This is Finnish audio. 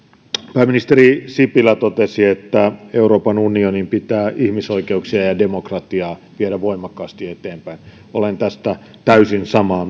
pääministeri sipilä totesi että euroopan unionin pitää ihmisoikeuksia ja ja demokratiaa viedä voimakkaasti eteenpäin olen tästä täysin samaa